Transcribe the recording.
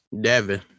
Devin